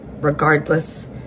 regardless